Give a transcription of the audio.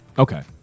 Okay